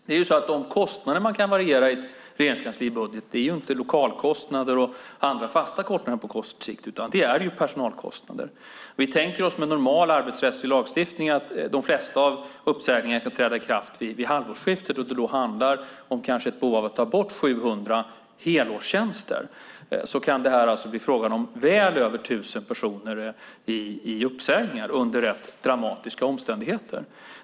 De kostnader man på kort sikt kan variera i ett regeringskanslis budget är inte lokalkostnader och andra fasta kostnader, utan det är personalkostnader. Om vi tänker oss att med normal arbetsrättslig lagstiftning ska de flesta av uppsägningarna träda i kraft vid halvårsskiftet och att det då handlar om ett behov att ta bort 700 helårstjänster kan det här alltså bli fråga om väl över 1 000 personer som blir uppsagda under rätt dramatiska omständigheter.